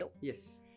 Yes